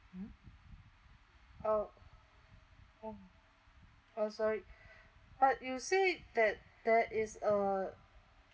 mmhmm oh oh oh sorry but you said that there is a